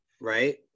Right